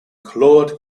claude